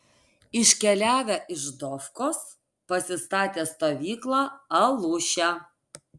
iškeliavę iš dofkos pasistatė stovyklą aluše